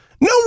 no